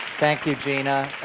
thank you gina,